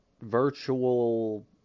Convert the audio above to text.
virtual